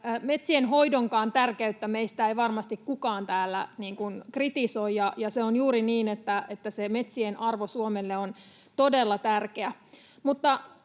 metsienhoidonkaan tärkeyttä meistä ei varmasti kukaan täällä kritisoi, ja se on juuri niin, että se metsien arvo Suomelle on todella tärkeä